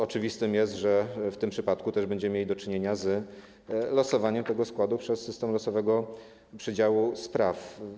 Oczywiste jest, że w tym przypadku też będziemy mieli do czynienia z losowaniem tego składu przez system losowego przydziału spraw.